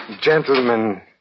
Gentlemen